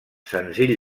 senzill